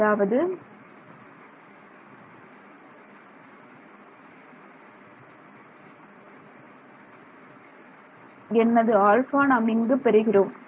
அதாவது என்ன α ஆல்பா நாம் இங்கு பெறுகிறோம்